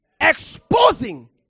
exposing